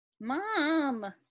mom